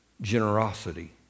Generosity